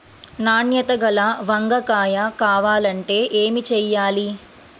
నాణ్యత గల వంగ కాయ కావాలంటే ఏమి చెయ్యాలి?